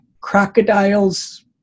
crocodile's